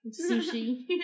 sushi